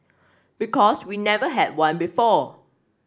because we never had one before